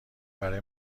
برای